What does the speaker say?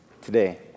today